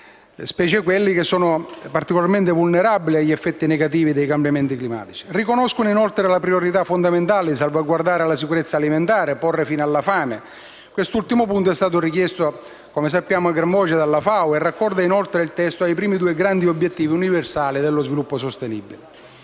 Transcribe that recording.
specie di quelli particolarmente vulnerabili agli effetti negativi dei cambiamenti climatici. Riconoscono, inoltre, la priorità fondamentale di salvaguardare la sicurezza alimentare e porre fine alla fame. Quest'ultimo punto è stato richiesto a gran voce dalla FAO e raccorda, inoltre, il testo ai primi due grandi obiettivi universali di sviluppo sostenibile.